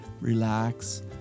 relax